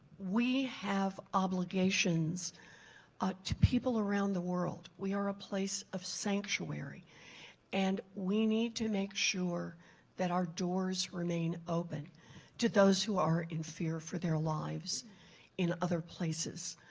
we have obligations ah to people around the world. we are a place of sanctuary and we need to make sure that our doors remain open to those who are in fear for their lives in other places.